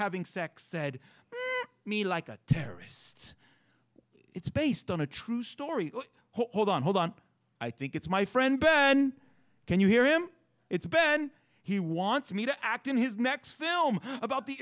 having sex said me like a terrorist it's based on a true story hold on hold on i think it's my friend ben can you hear him it's ben he wants me to act in his next film about the